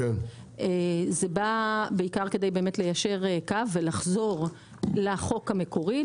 זה בא בעיקר כדי ליישר קו ולחזור לחוק המקורי,